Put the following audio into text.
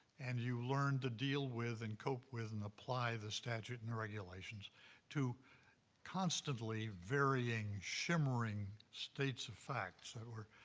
and you learned to deal with and cope with and apply the statute and the regulations to constantly varying, shimmering states of facts that were